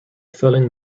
filling